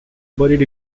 buried